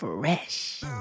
Fresh